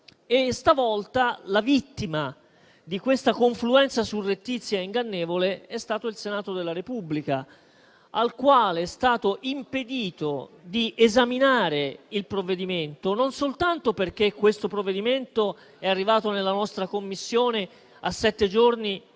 Stavolta la vittima di questa confluenza surrettizia e ingannevole è stato il Senato della Repubblica, al quale è stato impedito di esaminare il provvedimento, e non soltanto perché esso è arrivato nella nostra Commissione a sette giorni